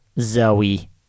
Zoe